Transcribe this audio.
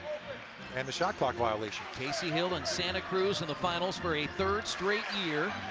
and the shot clock violation. casey hill and santa cruz and the finals for a third straight year.